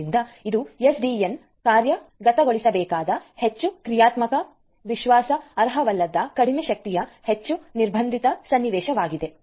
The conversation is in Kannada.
ಆದ್ದರಿಂದ ಇದು ಎಸ್ಡಿಎನ್ ಅನ್ನು ಕಾರ್ಯಗತಗೊಳಿಸಬೇಕಾದ ಹೆಚ್ಚು ಕ್ರಿಯಾತ್ಮಕ ವಿಶ್ವಾಸಾರ್ಹವಲ್ಲದ ಕಡಿಮೆ ಶಕ್ತಿಯ ಹೆಚ್ಚು ನಿರ್ಬಂಧಿತ ಸನ್ನಿವೇಶವಾಗಿದೆ